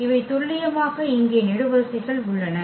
இவை துல்லியமாக இங்கே நெடுவரிசைகள் உள்ளன